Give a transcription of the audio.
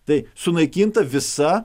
tai sunaikinta visa